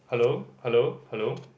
hello hello hello